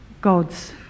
God's